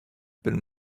been